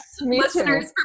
listeners